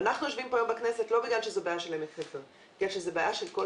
אנחנו יושבים פה היום בכנסת לא בגלל שזאת בעיה של עמק חפר,